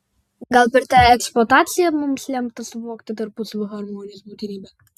gal per tą eksploataciją mums lemta suvokti tarpusavio harmonijos būtinybę